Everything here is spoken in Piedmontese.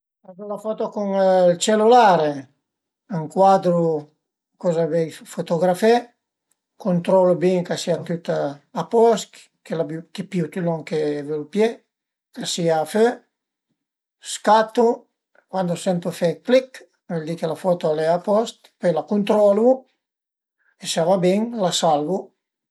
Fazu la foto cun ël cellulare: ëncuadru coza vöi fotografé, cuntrolu bin ch'a sìa tüt a post, chë l'abiu, chë pìu tüt lon chë völu pìé, ch'a sìa a fö, scatu, cuand sentu fe clich a völ di chë la foto al e a post, pöi la cuntrolu e së a va bin la salvu